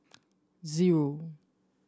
zero